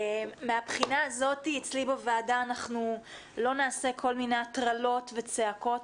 מהבחינה הזאת אצלי בוועדה אנחנו לא נעשה כל מיני הטרלות וצעקות,